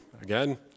again